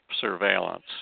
surveillance